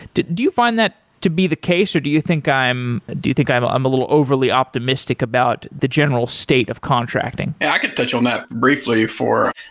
do do you find that to be the case, or do you think i'm do you think i'm ah i'm a little overly optimistic about the general state of contracting? i could touch on that briefly for,